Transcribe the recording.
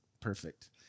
perfect